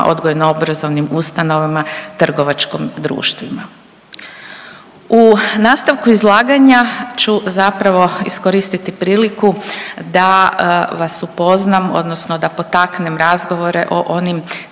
odgojno-obrazovnim ustanovama, trgovačkim društvima. U nastavku izlaganju ću zapravo iskoristiti priliku da vas upoznam odnosno da potaknemo razgovore o onim